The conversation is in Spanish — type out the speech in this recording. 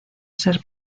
ser